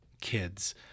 kids